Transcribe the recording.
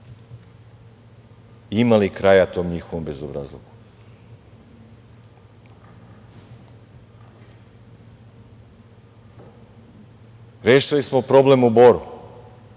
ima li kraja njihovom bezobrazluku? Rešili smo problem u Boru,